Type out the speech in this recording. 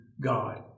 God